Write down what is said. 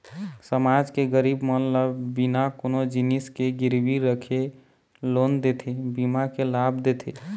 समाज के गरीब मन ल बिना कोनो जिनिस के गिरवी रखे लोन देथे, बीमा के लाभ देथे